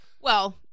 Well-